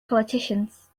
politicians